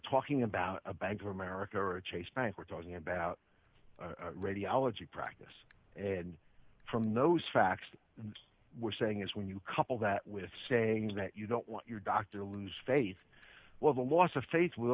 talking about a bank of america chase bank we're talking about radiology practice and from those facts that we're saying is when you couple that with saying that you don't want your doctor lose faith well the loss of faith will